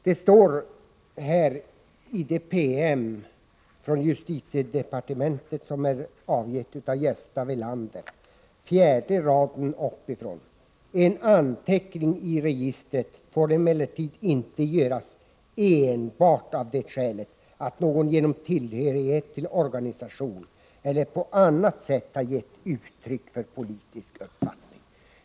Det står på fjärde raden uppifrån i den PM från justitiedepartementet som avgetts av Gösta Welander: En anteckning i registret får emellertid inte göras enbart av det skälet att någon genom tillhörighet till organisation eller på annat sätt har gett uttryck för politisk uppfattning.